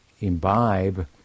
imbibe